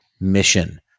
mission